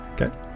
Okay